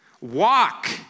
Walk